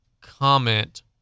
comment